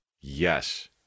Yes